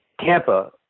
Tampa